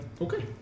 okay